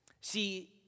See